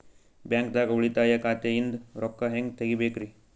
ಬ್ಯಾಂಕ್ದಾಗ ಉಳಿತಾಯ ಖಾತೆ ಇಂದ್ ರೊಕ್ಕ ಹೆಂಗ್ ತಗಿಬೇಕ್ರಿ?